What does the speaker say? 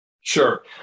Sure